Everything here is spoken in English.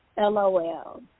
LOL